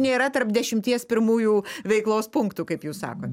nėra tarp dešimties pirmųjų veiklos punktų kaip jūs sakot